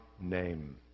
name